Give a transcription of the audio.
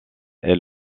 est